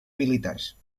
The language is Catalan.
militars